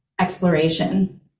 exploration